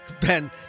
Ben